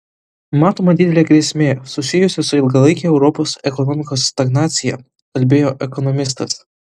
matoma didelė grėsmė susijusi su ilgalaike europos ekonomikos stagnacija kalbėjo ekonomistas